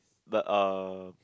but uh